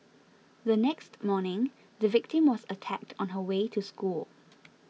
the next morning the victim was attacked on her way to school